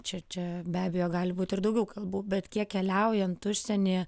čia čia be abejo gali būti ir daugiau kalbų bet kiek keliaujant užsieny